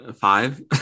five